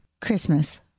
Christmas